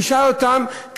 תשאל אותם,